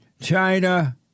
China